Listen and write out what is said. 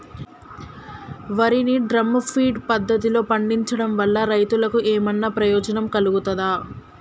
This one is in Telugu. వరి ని డ్రమ్ము ఫీడ్ పద్ధతిలో పండించడం వల్ల రైతులకు ఏమన్నా ప్రయోజనం కలుగుతదా?